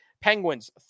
Penguins